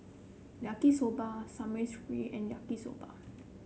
Yaki Soba Samgeyopsal and Yaki Soba